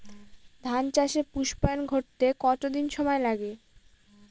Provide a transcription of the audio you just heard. ধান চাষে পুস্পায়ন ঘটতে কতো দিন সময় লাগে?